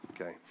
Okay